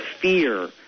fear